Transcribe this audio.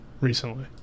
recently